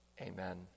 Amen